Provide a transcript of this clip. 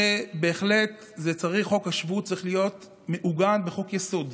ובהחלט חוק השבות צריך להיות מעוגן בחוק-יסוד,